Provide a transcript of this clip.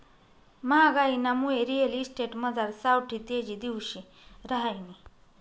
म्हागाईनामुये रिअल इस्टेटमझार सावठी तेजी दिवशी रहायनी